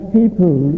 people